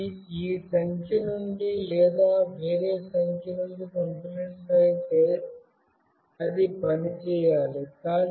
ఇది ఈ సంఖ్య నుండి లేదా వేరే సంఖ్య నుండి పంపినట్లయితే అది పని చేయాలి